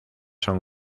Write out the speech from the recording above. son